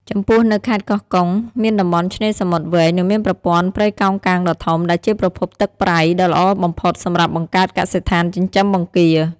ចំពោះនៅខេត្តខេត្តកោះកុង មានតំបន់ឆ្នេរសមុទ្រវែង និងមានប្រព័ន្ធព្រៃកោងកាងដ៏ធំ ដែលជាប្រភពទឹកប្រៃដ៏ល្អបំផុតសម្រាប់បង្កើតកសិដ្ឋានចិញ្ចឹមបង្គា។